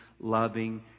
loving